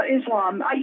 Islam